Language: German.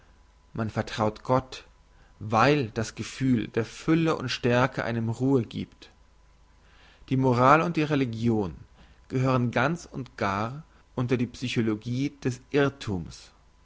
man vertraut gott weil das gefühl der fülle und stärke einem ruhe giebt die moral und religion gehört ganz und gar unter die psychologie des irrthums